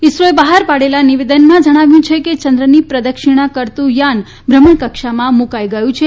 ઇસરોએ બહાર પાડેલા નિવેદનમાં જણાવવ્યું છે કે ચંદ્રની પ્રદક્ષિણા કરતું થાન ભ્રમણકક્ષામાં મૂકાઇ ગયું છે